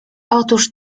otóż